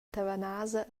tavanasa